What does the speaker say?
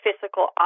physical